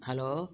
hello